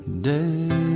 day